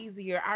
easier